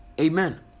amen